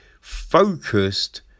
focused